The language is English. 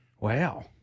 Wow